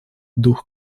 дух